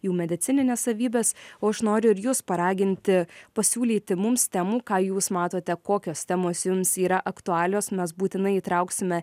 jų medicinines savybes o aš noriu ir jus paraginti pasiūlyti mums temų ką jūs matote kokios temos jums yra aktualios mes būtinai įtrauksime